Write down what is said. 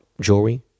jewelry